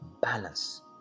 balance